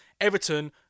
Everton